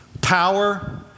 power